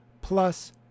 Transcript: plus